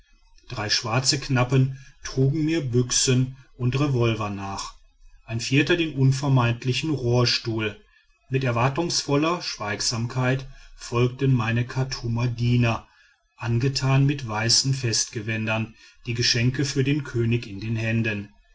drei schwarze knappen trugen mir büchsen und revolver nach ein vierter den unvermeidlichen rohrstuhl mit erwartungsvoller schweigsamkeit folgten meine chartumer diener angetan mit weißen festgewändern die geschenke für den könig in den händen